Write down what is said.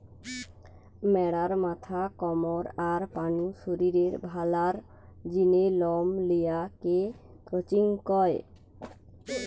ম্যাড়ার মাথা, কমর, আর পা নু শরীরের ভালার জিনে লম লিয়া কে ক্রচিং কয়